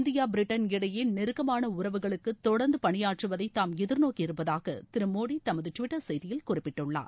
India Britain இடையே நெருக்கமான உறவுகளுக்கு தொடர்ந்து பணியாற்றுவதை தாம் எதிர்நோக்கி இருப்பதாக திரு மோடி தமது டுவிட்டர் செய்தியில் குறிப்பிட்டுள்ளார்